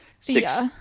six